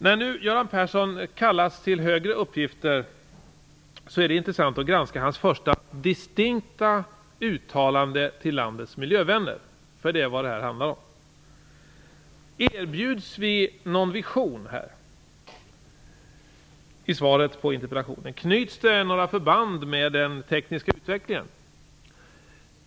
När nu Göran Persson kallas till högre uppgifter är det intressant att granska hans första distinkta uttalande till landets miljövänner, för det är vad det här handlar om. Erbjuds vi någon vision i svaret på interpellationen? Knyts det några band med den tekniska utvecklingen?